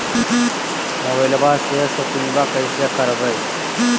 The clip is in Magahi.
मोबाइलबा से शोपिंग्बा कैसे करबै?